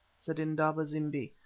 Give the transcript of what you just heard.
said indaba-zimbi,